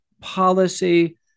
policy